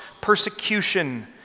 persecution